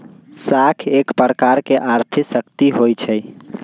साख एक प्रकार के आर्थिक शक्ति होइ छइ